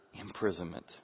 imprisonment